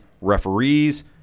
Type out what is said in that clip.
referees